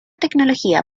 tecnología